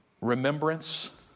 Remembrance